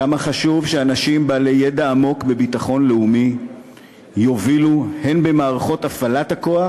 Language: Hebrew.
כמה חשוב שאנשים בעלי ידע עמוק בביטחון לאומי יובילו במערכות הפעלת הכוח